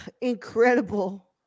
incredible